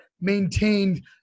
maintained